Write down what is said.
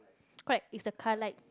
correct is the car light